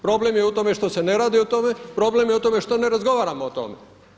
Problem je u tome što se ne radi o tome, problem je u tome što ne razgovaramo o tome.